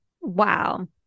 Wow